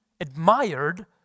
admired